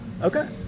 Okay